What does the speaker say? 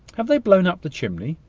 have they blown up the chimney?